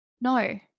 No